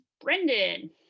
brendan